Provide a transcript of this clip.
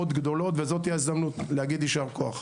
גדולות וזאת ההזדמנות להגיד יישר כוח.